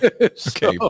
Okay